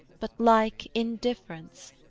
but like in difference.